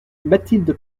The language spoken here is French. mathilde